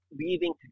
leaving